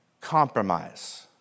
compromise